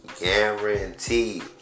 Guaranteed